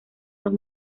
los